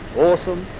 awesome,